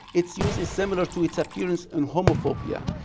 its use is similar to its appearance in homophobia,